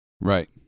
Right